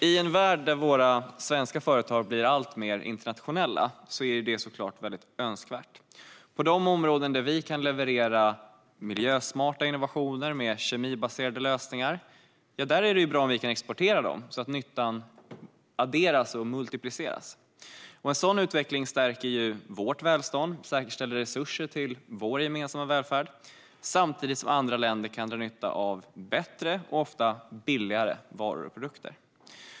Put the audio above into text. I en värld där våra svenska företag blir alltmer internationella är det såklart väldigt önskvärt. På de områden där vi kan leverera miljösmarta innovationer med kemibaserade lösningar är det bra om vi kan exportera dem så att nyttan adderas och multipliceras. En sådan utveckling stärker vårt välstånd och säkerställer resurser till vår gemensamma välfärd, samtidigt som andra länder kan dra nytta av bättre och ofta billigare varor och produkter.